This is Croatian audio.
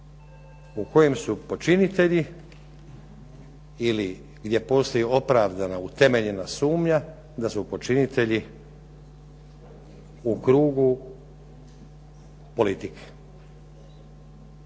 u kojem su počinitelji ili gdje postoji opravdana ili utemeljena sumnja da su počinitelji u krugu politike.